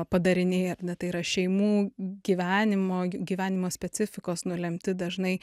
padariniai ar ne tai yra šeimų gyvenimo gyvenimo specifikos nulemti dažnai